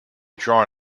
drawn